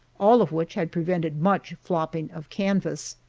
all of which had prevented much flopping of canvas.